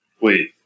Wait